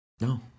No